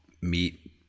meet